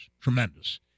tremendous